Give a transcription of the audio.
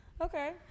Okay